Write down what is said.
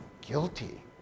guilty